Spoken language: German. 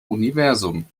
universum